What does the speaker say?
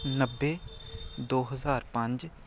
ਨੱਬੇ ਦੋ ਹਜ਼ਾਰ ਪੰਜ